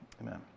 Amen